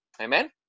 Amen